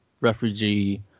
refugee